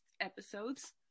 episodes